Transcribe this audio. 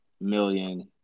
million